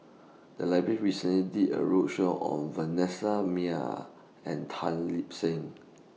The Library recently did A roadshow on Vanessa Mae and Tan Lip Seng